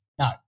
No